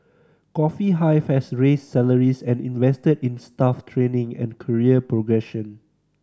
Coffee Hive has raised salaries and invested in staff training and career progression